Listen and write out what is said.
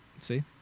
see